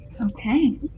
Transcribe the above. Okay